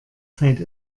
zeit